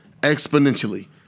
exponentially